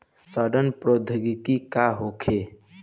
सड़न प्रधौगकी का होखे?